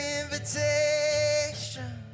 invitation